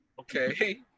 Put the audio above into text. Okay